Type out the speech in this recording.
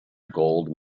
gold